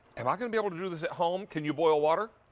am i going to be able to do this at home? can you boil water?